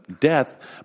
death